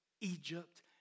Egypt